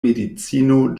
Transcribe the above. medicino